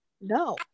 No